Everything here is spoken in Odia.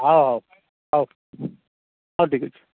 ହେଉ ହେଉ ହେଉ ହେଉ ଠିକଅଛି